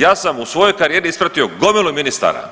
Ja sam u svojoj karijeri ispratio gomilu ministara,